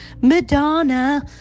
Madonna